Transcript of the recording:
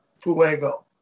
Fuego